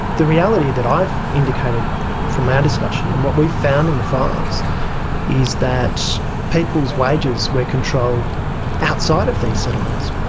the reality that i've indicated from our discussion and what we've found in the files is that people's wages were controlled outside of these settlements.